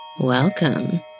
welcome